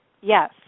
yes